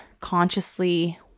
consciously